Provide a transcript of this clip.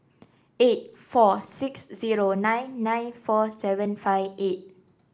eight four six zero nine nine four seven five eight